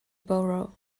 borough